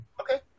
Okay